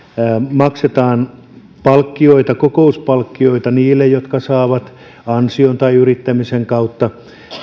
maksetaan kokouspalkkioita niille jotka saavat ansion tai yrittämisen kautta